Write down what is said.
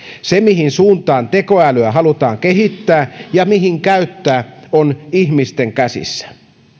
se mihin suuntaan tekoälyä halutaan kehittää ja mihin käyttää on ihmisten käsissä